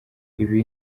ibi